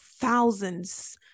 thousands